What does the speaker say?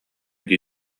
дии